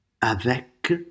avec